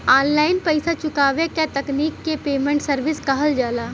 online पइसा चुकावे क तकनीक के पेमेन्ट सर्विस कहल जाला